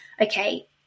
okay